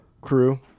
crew